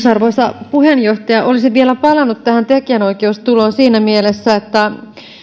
arvoisa puheenjohtaja olisin vielä palannut tähän tekijänoikeustuloon siinä mielessä että